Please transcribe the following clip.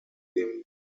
dem